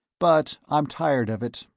but i'm tired of it,